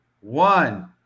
one